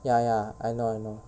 ya ya I know I know